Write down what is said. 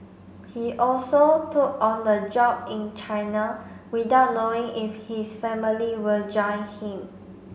he also took on the job in China without knowing if his family will join him